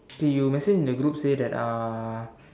okay you message in the group say that uh